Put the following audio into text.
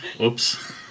oops